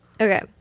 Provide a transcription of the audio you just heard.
Okay